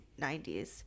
90s